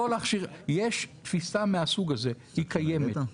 ישנה תפיסה מהסוג הזה והיא קיימת,